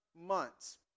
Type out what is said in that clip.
months